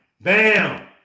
Bam